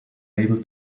able